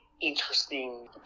interesting